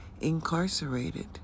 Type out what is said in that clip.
incarcerated